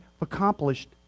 accomplished